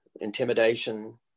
intimidation